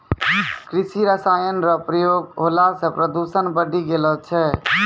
कृषि रसायन रो प्रयोग होला से प्रदूषण बढ़ी गेलो छै